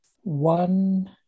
One